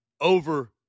over